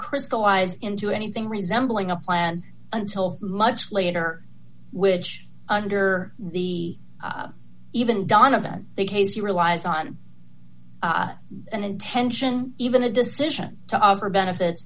crystallize into anything resembling a plan until much later which under the even donovan the case he relies on and intention even a decision to offer benefits